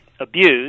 abused